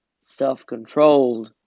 self-controlled